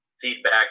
Feedback